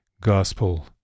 gospel